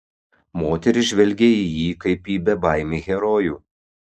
moterys žvelgė į jį kaip į bebaimį herojų